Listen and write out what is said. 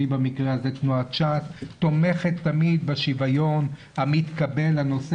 במקרה הזה תנועת ש"ס שתומכת תמיד בשוויון בנושא